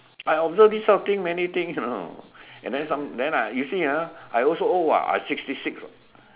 I observe this kind of thing many things you know and then some then I you see ah I also old [what] I sixty six [what]